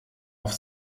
auf